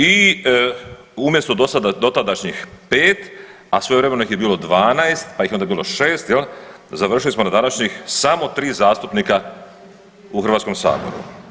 I umjesto dotadašnjih 5, a svojevremeno ih je bilo 12, pa ih je onda bilo 6, jel' završili smo na današnjih samo 3 zastupnika u Hrvatskom saboru.